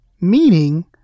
meaning